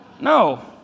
No